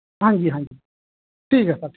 हां जी हां जी ठीक ऐ सर